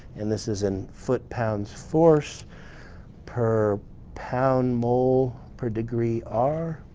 and this is in foot-pounds force per pound mole per degree r.